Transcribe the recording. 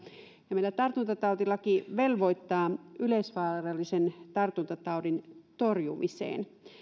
ja meillä tartuntatautilaki velvoittaa yleisvaarallisen tartuntataudin torjumiseen